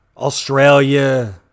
Australia